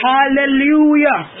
Hallelujah